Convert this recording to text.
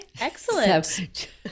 Excellent